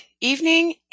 evening